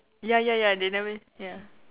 ya ya ya they never ya